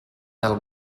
del